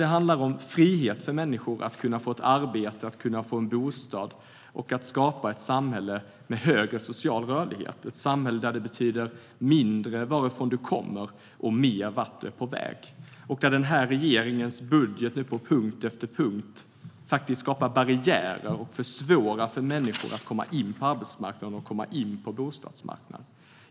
Det handlar om frihet för människor att kunna få ett arbete och en bostad och att skapa ett samhälle med högre social rörlighet, ett samhälle där det betyder mindre varifrån du kommer och mer vart du är på väg. Där skapar den här regeringens budget på punkt efter punkt barriärer och försvårar för människor att komma in på arbetsmarknaden och på bostadsmarknaden.